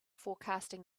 forecasting